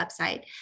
website